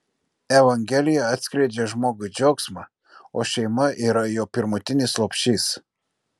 evangelija atskleidžia žmogui džiaugsmą o šeima yra jo pirmutinis lopšys